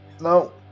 No